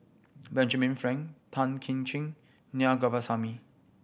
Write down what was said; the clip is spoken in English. Benjamin Frank Tan Kim Ching Na Govindasamy